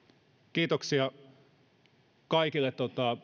kiitoksia kaikille